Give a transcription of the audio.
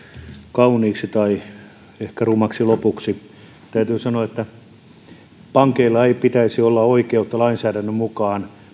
kauniiksi tai ehkä rumaksi lopuksi täytyy sanoa että pankeilla ei pitäisi lainsäädännön mukaan